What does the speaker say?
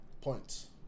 Points